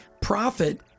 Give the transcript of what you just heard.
profit